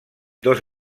dos